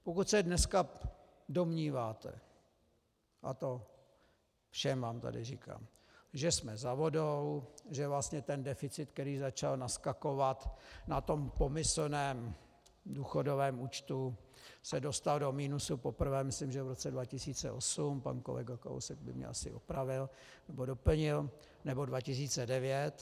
Pokud se dneska domníváte a to všem vám tady říkám, že jsme za vodou, že vlastně deficit, který začal naskakovat na tom pomyslném důchodovém účtu, se dostal do minusu poprvé myslím v roce 2008, pan kolega Kalousek by mě asi opravil nebo doplnil, nebo 2009.